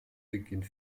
beginnt